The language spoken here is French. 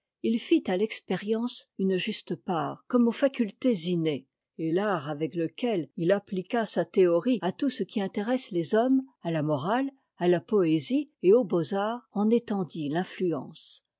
il fit à l'expérience une juste part comme aux facultés innées et l'art avec lequel il appliqua sa théorie à tout ce qui intéresse les hommes à la morale à la poésie et aux beaux-arts en étendit l'influence